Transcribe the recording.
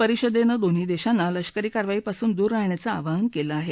परिषदेने दोन्ही देशांना लष्करी कारवाईपासून दूर राहण्याचं आवाहन केलं आहे